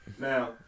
Now